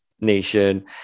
nation